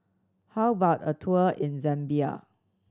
how about a tour in Zambia